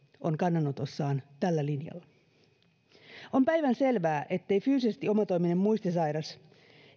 on kannanotossaan tällä linjalla on päivänselvää että fyysisesti omatoiminen muistisairas